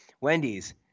Wendy's